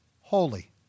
holy